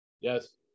Yes